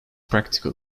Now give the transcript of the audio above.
practical